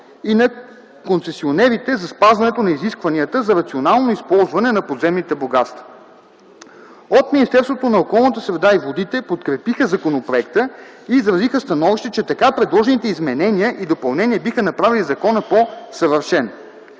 и на концесионерите за спазването на изискванията за рационално използване на подземните богатства. От Министерството на околната среда и водите подкрепиха законопроекта и изразиха становище, че така предложените изменения и допълнения биха направили закона по-съвършен.